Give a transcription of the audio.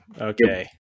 okay